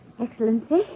Excellency